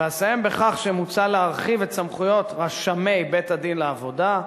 ואסיים בכך שמוצע להרחיב את סמכויות רשמי בית-הדין לעבודה,